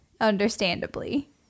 understandably